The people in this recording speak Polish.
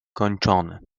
kończony